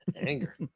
Anger